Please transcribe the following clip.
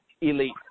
elite